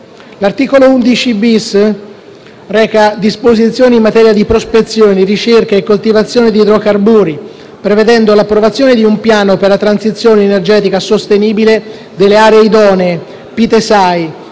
(testo 3)) reca disposizioni in materia di prospezione, ricerca e coltivazione di idrocarburi, prevedendo l'approvazione di un Piano per la transizione energetica sostenibile delle aree idonee (PITESAI),